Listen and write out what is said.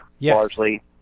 largely